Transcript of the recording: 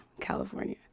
California